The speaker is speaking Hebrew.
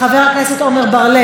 חבר הכנסת עמר בר-לב,